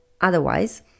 otherwise